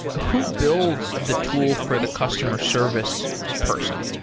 who builds the tool for the customer service person?